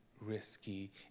risky